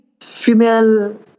female